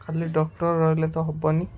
ଖାଲି ଡକ୍ଟର ରହିଲେ ତ ହବନି